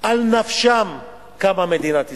שעל נפשם קמה מדינת ישראל,